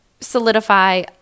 solidify